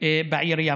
ובעיר יפו.